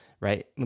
right